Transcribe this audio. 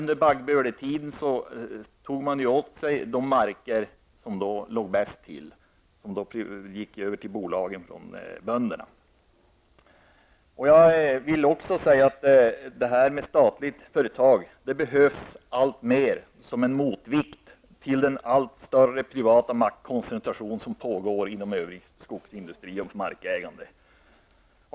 De marker som låg bäst till gick under baggböletiden över från bönderna till bolagen. Jag vill också säga att statligt företagande behövs alltmer som en motvikt till den allt större privata maktkoncentration som pågår inom övrig skogsindustri och beträffande markägande.